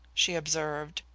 she observed.